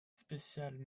spéciale